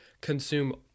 consume